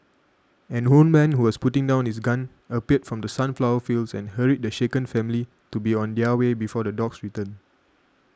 an old man who was putting down his gun appeared from the sunflower fields and hurried the shaken family to be on their way before the dogs return